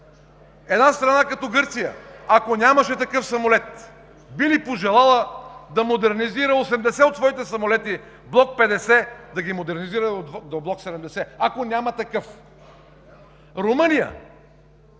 Една страна като Гърция, ако нямаше такъв самолет, би ли пожелала да модернизира 80 от своите самолети Block 50 до Block 70, ако няма такъв? Румъния